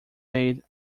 made